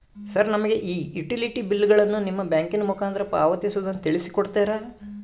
Sir ನಮಗೆ ಈ utility ಬಿಲ್ಲುಗಳನ್ನು ನಿಮ್ಮ ಬ್ಯಾಂಕಿನ ಮುಖಾಂತರ ಪಾವತಿಸುವುದನ್ನು ತಿಳಿಸಿ ಕೊಡ್ತೇರಾ?